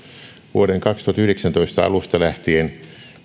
vuoden kaksituhattayhdeksäntoista alusta lähtien